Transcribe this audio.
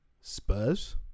Spurs